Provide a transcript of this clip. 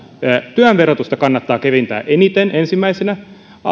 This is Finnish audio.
työn verotusta kannattaa keventää eniten ensimmäisenä